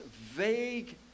vague